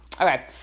okay